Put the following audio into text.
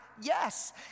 Yes